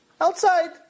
Outside